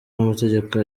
n’amategeko